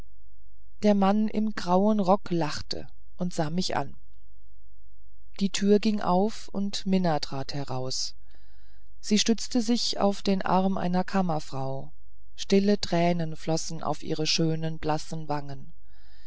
der mann im grauen rock lachte und sah mich an die türe ging auf und mina trat heraus sie stützte sich auf den arm einer kammerfrau stille tränen flossen auf ihre schönen blassen wangen